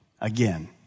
again